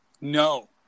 No